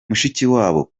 mushikiwabo